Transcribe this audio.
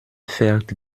fährt